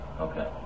okay